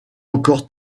encore